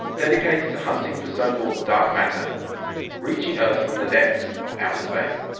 dedicated to hunting for so-called dark matter reaching earth from the depths of outer space.